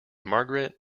margaret